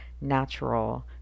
natural